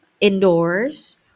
indoors